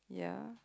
yeah